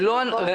זה לא הנושא.